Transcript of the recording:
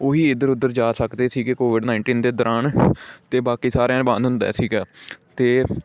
ਉਹੀ ਇੱਧਰ ਉੱਧਰ ਜਾ ਸਕਦੇ ਸੀਗੇ ਕੋਵਿਡ ਨਾਈਨਟੀਨ ਦੇ ਦੌਰਾਨ ਅਤੇ ਬਾਕੀ ਸਾਰਿਆਂ ਬੰਦ ਹੁੰਦਾ ਸੀਗਾ ਅਤੇ